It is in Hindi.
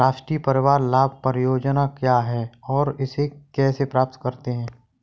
राष्ट्रीय परिवार लाभ परियोजना क्या है और इसे कैसे प्राप्त करते हैं?